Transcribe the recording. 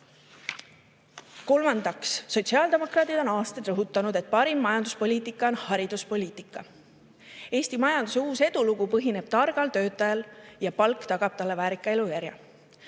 Kolmandaks, sotsiaaldemokraadid on aastaid rõhutanud, et parim majanduspoliitika on hariduspoliitika. Eesti majanduse uus edulugu põhineb targal töötajal ja palk tagab talle väärika elujärje.